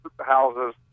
houses